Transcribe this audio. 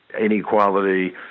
inequality